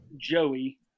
Joey